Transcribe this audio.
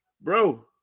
Bro